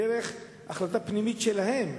בהחלטה פנימית שלהם,